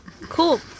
Cool